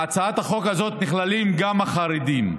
בהצעת החוק הזאת נכללים גם החרדים.